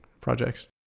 projects